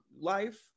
life